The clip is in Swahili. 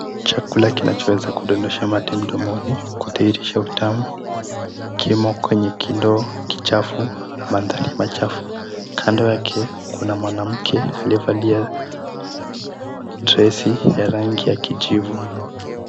Chakula kinachoweza kudodosha mate mdomoni kudhihirisha utamu kimo kwenye kindoo kichafu na mandhari machafu. Kando yake kuna mwanamke aliyevalia dresi ya rangi ya kijivu.